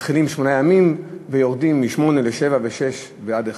מתחילים בשמונה ויורדים משמונה לשבעה ושישה ועד אחד.